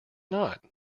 not